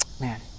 man